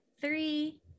three